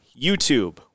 YouTube